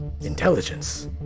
intelligence